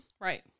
Right